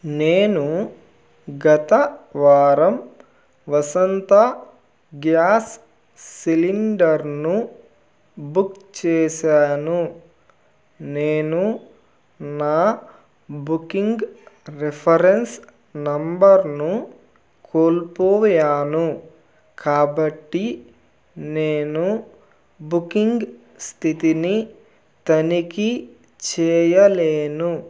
నేను గత వారం వసంత గ్యాస్ సిలిండర్ను బుక్ చేసాను నేను నా బుకింగ్ రిఫరెన్స్ నంబర్ను కోల్పోయాను కాబట్టి నేను బుకింగ్ స్థితిని తనిఖీ చేయలేను